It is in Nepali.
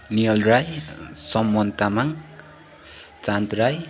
निहाल राई सम्मोहन तामङ चाँद राई